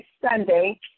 Sunday